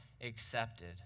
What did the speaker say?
accepted